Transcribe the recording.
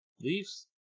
leaves